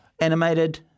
animated